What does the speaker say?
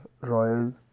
royal